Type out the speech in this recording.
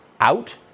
out